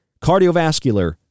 cardiovascular